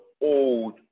old